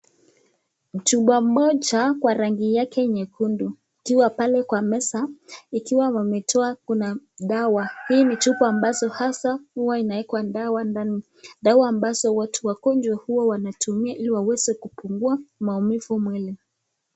Chupa moja kwa rangi yake nyekundu ikiwa pale kwa meza ikiwa wametoa kuna dawa. Hii ni chupa ambazo hasa huwa inawekwa dawa ndani. Dawa ambazo watu wagonjwa huwa wanatumia ili waweze kupungua maumivu mwili.